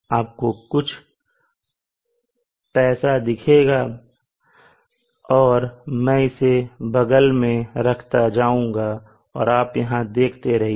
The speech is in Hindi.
आपको कुछ पैसा दिखेगा और मैं इसे बगल में रखता जाऊंगा और आप यहां देखते रहिए